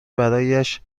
برایش